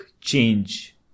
change